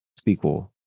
SQL